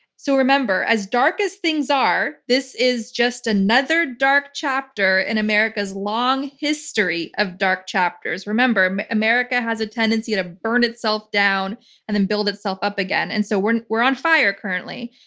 so remember, as dark as things are, this is just another dark chapter in america's long history of dark chapters. remember, america has a tendency to burn itself down and then build itself up again. and so we're we're on fire currently.